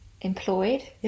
employed